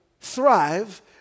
thrive